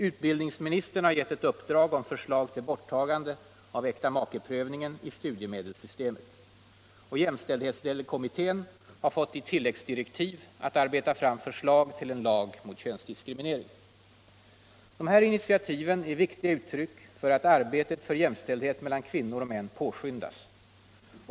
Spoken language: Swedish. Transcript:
Utbildningsministern har gett ett uppdrag om förslag till borttagande av äktamakeprövningen i studiemedelssystemet. Jämställdhetskommittén har fått i tilläggsdirektiv att arbeta fram förslag till en lag mot könsdiskriminering. Dessa initiativ är viktiga uttryck för att arbetet för jämställdhet mellan kvinnor och män påskyndas.